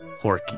Horky